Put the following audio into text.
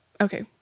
Okay